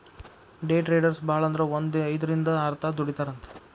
ಡೆ traders ಭಾಳಂದ್ರ ಒಂದ್ ಐದ್ರಿಂದ್ ಆರ್ತಾಸ್ ದುಡಿತಾರಂತ್